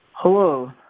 Hello